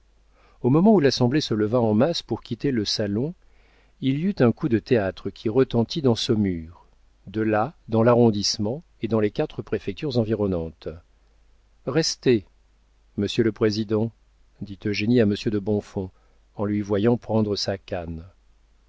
au moment où l'assemblée se leva en masse pour quitter le salon il y eut un coup de théâtre qui retentit dans saumur de là dans l'arrondissement et dans les quatre préfectures environnantes restez monsieur le président dit eugénie à monsieur de bonfons en lui voyant prendre sa canne